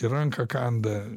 į ranką kanda